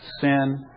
Sin